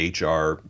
HR